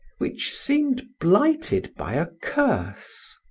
which seemed blighted by a curse.